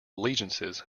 allegiances